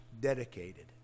dedicated